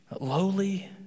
lowly